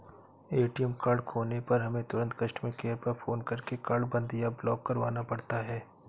ATM card खोने पर हमें तुरंत कस्टमर केयर पर फ़ोन करके कार्ड बंद या ब्लॉक करवाना पड़ता है